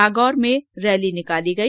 नागौर में रैली निकाली गई